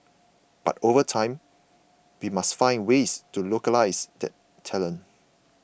but over time we must find ways to localise that talent